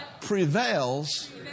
prevails